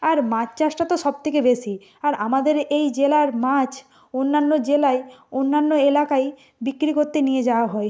আর মাছ চাষটা তো সব থেকে বেশি আর আমাদের এই জেলার মাছ অন্যান্য জেলায় অন্যান্য এলাকায় বিক্রি করতে নিয়ে যাওয়া হয়